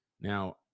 Now